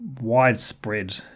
widespread